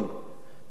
השופט לוי,